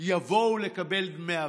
יבואו לקבל דמי אבטלה.